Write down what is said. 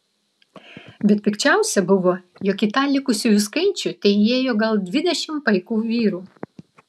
bet pikčiausia buvo jog į tą likusiųjų skaičių teįėjo gal dvidešimt paiko vyrų